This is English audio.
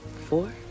four